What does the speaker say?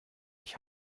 ich